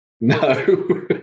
No